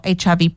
HIV